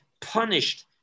punished